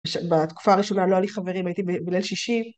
בתקופה הראשונה לא היה לי חברים, הייתי בליל שישי.